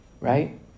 Right